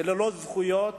שוללת לו את הזכויות,